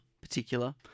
particular